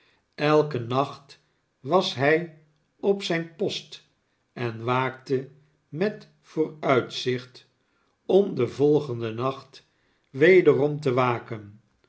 elken nacht was hij op zijn post en waakte met vooruitzicht om den volgenden nacht wederom te waken